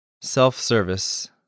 self-service